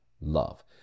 love